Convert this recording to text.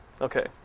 Okay